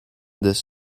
this